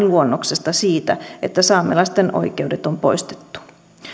luonnoksesta siitä että saamelaisten oikeudet on poistettu